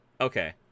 Okay